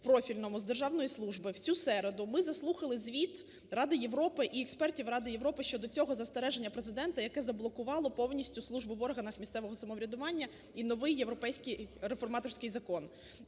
профільному з державної служби в цю середу ми заслухали звіт Ради Європи і експертів Ради Європи щодо цього застереження Президента, яке заблокувало повністю службу в органах місцевого самоврядування і новий європейський реформаторський закон.